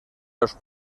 los